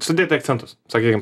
sudėti akcentus sakykim